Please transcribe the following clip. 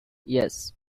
yes